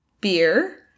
beer